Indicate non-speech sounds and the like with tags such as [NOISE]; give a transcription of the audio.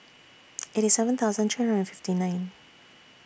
[NOISE] eighty seven thousand three hundred and fifty nine